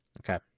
Okay